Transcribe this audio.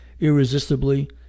irresistibly